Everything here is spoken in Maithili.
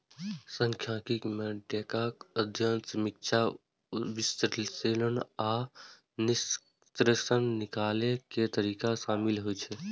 सांख्यिकी मे डेटाक अध्ययन, समीक्षा, विश्लेषण आ निष्कर्ष निकालै के तरीका शामिल होइ छै